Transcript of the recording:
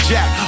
Jack